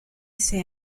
ese